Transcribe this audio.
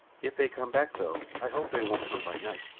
if they come back, though, i hope they won't come by night.